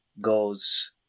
goes